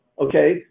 okay